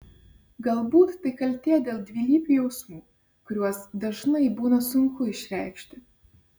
galbūt tai kaltė dėl dvilypių jausmų kuriuos dažnai būna sunku išreikšti